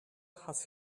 has